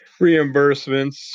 reimbursements